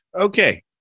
Okay